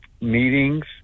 meetings